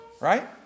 Right